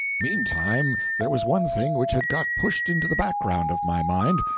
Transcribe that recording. meantime there was one thing which had got pushed into the background of my mind.